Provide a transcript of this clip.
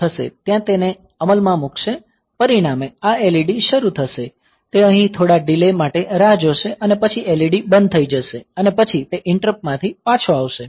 ત્યાં તે તેને અમલમાં મૂકશે પરિણામે આ LED શરૂ થશે તે અહીં થોડા ડીલે માટે રાહ જોશે અને પછી LED બંધ થઈ જશે અને પછી તે ઈંટરપ્ટમાંથી પાછો આવશે